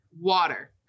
Water